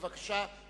בבקשה,